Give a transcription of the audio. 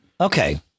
Okay